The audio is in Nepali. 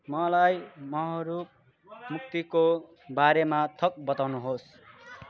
मलाई महरुब मुफ्तीको बारेमा थप बताउनुहोस्